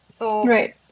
Right